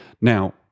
Now